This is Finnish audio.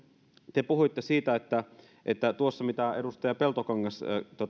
te puhuitte siitä että että tuossa mitä edustaja peltokangas